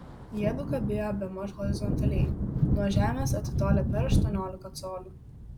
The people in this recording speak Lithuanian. jiedu kabėjo bemaž horizontaliai nuo žemės atitolę per aštuoniolika colių